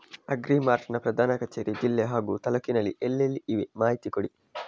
Agri mart ನ ಪ್ರಧಾನ ಕಚೇರಿ ಜಿಲ್ಲೆ ಹಾಗೂ ತಾಲೂಕಿನಲ್ಲಿ ಎಲ್ಲೆಲ್ಲಿ ಇವೆ ಮಾಹಿತಿ ಕೊಡಿ?